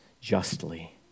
justly